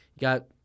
got